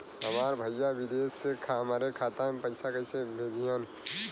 हमार भईया विदेश से हमारे खाता में पैसा कैसे भेजिह्न्न?